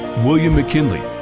william mckinley